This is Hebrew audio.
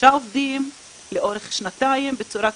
חמישה עובדים לאורך שנתיים בצורה קבועה.